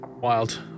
Wild